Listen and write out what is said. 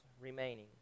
remaining